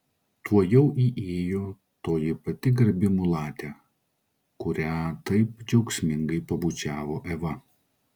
tuojau įėjo toji pati garbi mulatė kurią taip džiaugsmingai pabučiavo eva